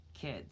kids